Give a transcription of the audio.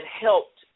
helped